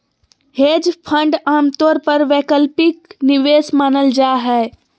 hedge fund आमतौर पर वैकल्पिक निवेश मानल जा हय